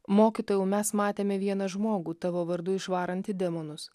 mokytojau mes matėme vieną žmogų tavo vardu išvarantį demonus